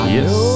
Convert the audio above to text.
Yes